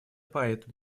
поэтому